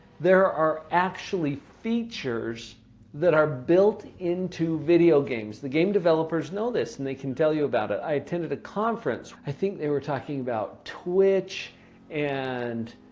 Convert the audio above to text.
there are actually features that are built into video games. the game developers know this and they can tell you about it. i attended a conference. i think they were talking about twitch and.